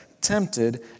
tempted